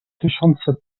tysiące